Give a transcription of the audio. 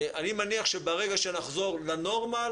אני מניח שברגע שנחזור לנורמל